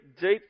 deep